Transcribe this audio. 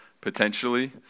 potentially